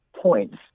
points